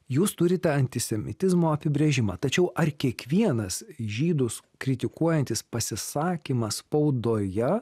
jūs turite antisemitizmo apibrėžimą tačiau ar kiekvienas žydus kritikuojantis pasisakymas spaudoje